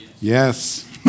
Yes